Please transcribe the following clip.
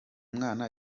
mwana